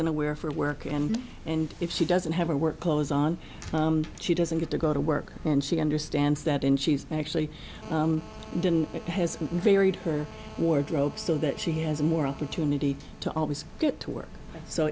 to wear for work and and if she doesn't have a work clothes on and she doesn't get to go to work and she understands that and she's actually didn't it has varied her wardrobe so that she has more opportunity to always get to work so